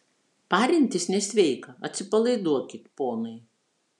parintis nesveika atsipalaiduokit ponai